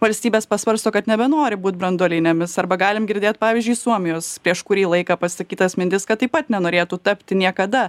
valstybės pasvarsto kad nebenori būt branduolinėmis arba galim girdėt pavyzdžiui suomijos prieš kurį laiką pasakytas mintis kad taip pat nenorėtų tapti niekada